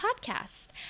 Podcast